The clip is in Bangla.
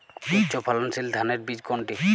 উচ্চ ফলনশীল ধানের বীজ কোনটি?